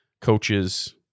coaches